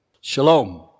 Shalom